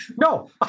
No